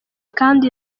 kandi